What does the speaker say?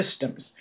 systems